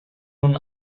nun